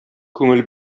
күңел